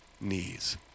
knees